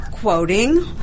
quoting